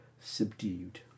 subdued